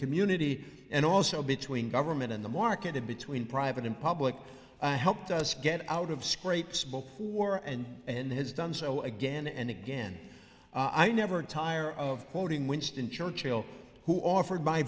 community and also between government and the market and between private and public i helped us get out of scrapes before and and has done so again and again i never tire of quoting winston churchill who offered my